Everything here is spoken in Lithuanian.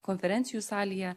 konferencijų salėje